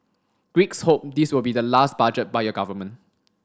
Greeks hope this will be the last budget by your government